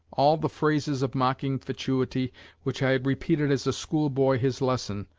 all the phrases of mocking fatuity which i had repeated as a schoolboy his lesson,